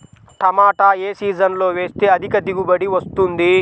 టమాటా ఏ సీజన్లో వేస్తే అధిక దిగుబడి వస్తుంది?